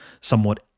somewhat